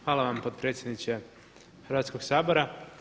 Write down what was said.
Hvala vam potpredsjedniče Hrvatskog sabora.